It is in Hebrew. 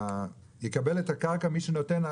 שיקבל את הקרקע מי שנותן את